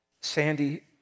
Sandy